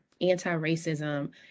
anti-racism